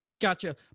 Gotcha